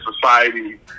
society